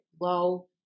low